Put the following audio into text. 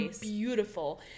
beautiful